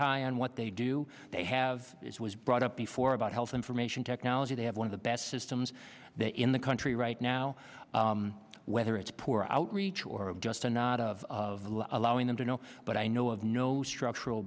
high on what they do they have brought up before about health information technology they have one of the best systems in the country right now whether it's poor outreach or just a nod of allowing them to know but i know of no structural